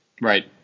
Right